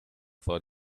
for